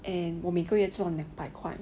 and 我每个月赚两百块